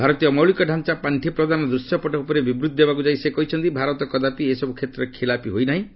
ଭାରତୀୟ ମୌଳିକଡାଞ୍ଚା ପାଣ୍ଠି ପ୍ରଦାନ ଦୂଶ୍ୟପଟ୍ଟ ଉପରେ ବିବୂଭି ଦେବାକୁ ଯାଇ ସେ କହିଛନ୍ତି ଭାରତ କଦାପି ଏସବୁ କ୍ଷେତ୍ରରେ ଖିଲାପୀ ହୋଇ ନାହିଁ